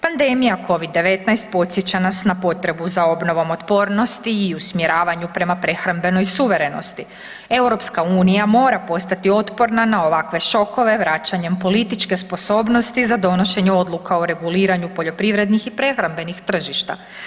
Pandemija covid-19 podsjeća nas na potrebu za obnovom otpornosti i usmjeravanju prema prehrambenoj suverenosti, EU mora postati otporna na ovakve šokove vraćanjem političke sposobnosti za donošenje odluka o reguliranju poljoprivrednih i prehrambenih tržišta.